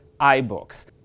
iBooks